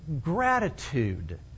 gratitude